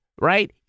Right